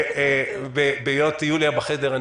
ובהיות יוליה בחדר,